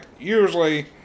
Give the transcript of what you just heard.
usually